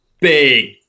big